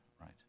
right